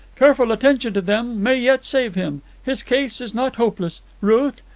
careful attention to them may yet save him. his case is not hopeless. ruth,